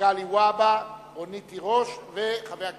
מגלי והבה, רונית תירוש ומוחמד ברכה.